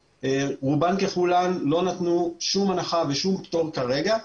רובן ככולן לא נתנו שום הנחה ושום פטור כרגע.